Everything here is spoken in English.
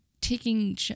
taking